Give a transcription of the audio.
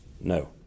No